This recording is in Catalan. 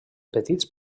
petits